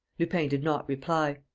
lupin did not reply.